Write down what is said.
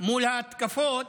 מול ההתקפות,